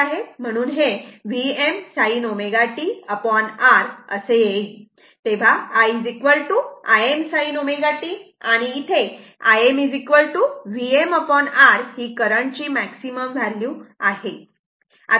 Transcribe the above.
म्हणून हे Vm sin ω t R असे येईल तेव्हा I Im sin ω t आणि Im VmR ही करंट ची मॅक्सिमम व्हॅल्यू आहे